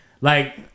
Like-